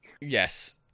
yes